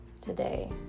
today